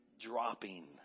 dropping